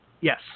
Yes